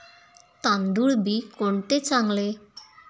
तांदूळ बी कोणते चांगले?